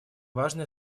важный